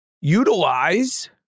utilize